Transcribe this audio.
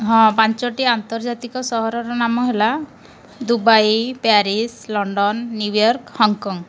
ହଁ ପାଞ୍ଚଟି ଆନ୍ତର୍ଜାତିକ ସହରର ନାମ ହେଲା Dubai Paris London New York Hong Kong